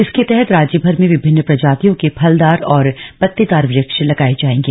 इसके तहत राज्यभर में विभिन्न प्रजातियों के फलदार और पत्तेदार वृक्ष लगाये जायेंगे